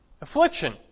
affliction